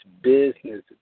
business